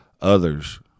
others